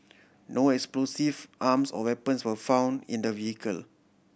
no explosive arms or weapons were found in the vehicle